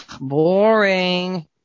boring